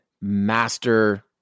master